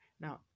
Now